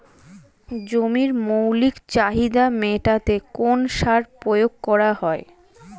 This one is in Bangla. জমির মৌলিক চাহিদা মেটাতে কোন সার প্রয়োগ করা হয়?